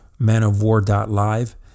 manofwar.live